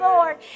Lord